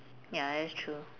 ya that's true